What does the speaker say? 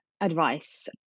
Advice